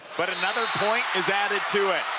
but another point is added to it.